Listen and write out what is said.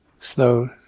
slow